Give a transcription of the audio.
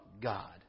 God